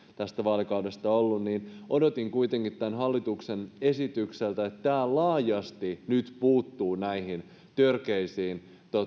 tästä vaalikaudesta ollut niin odotin kuitenkin tältä hallituksen esitykseltä että tämä laajasti nyt puuttuisi näihin törkeisiin